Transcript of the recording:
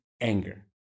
anger